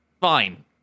fine